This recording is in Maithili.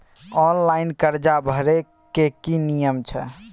ऑनलाइन कर्जा भरै के की नियम छै?